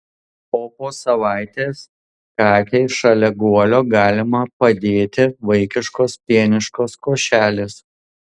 o po savaitės katei šalia guolio galima padėti vaikiškos pieniškos košelės